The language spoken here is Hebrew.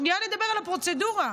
שנייה נדבר על הפרוצדורה.